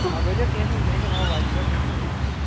آ ؤلِو کیٚنہہ چھُنہٕ کیٚنہہ چھُنہٕ اَوا بایکہِ پٮ۪ٹھ تہِ ہٮ۪کِو تُہۍ یِتھ